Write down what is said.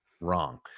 wrong